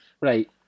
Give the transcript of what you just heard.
Right